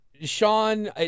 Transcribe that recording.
Sean